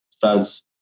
fans